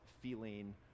feeling